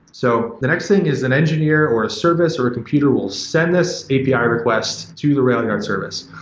so, the next thing is an engineer or a service or a computer will send this api ah request to the railyard service.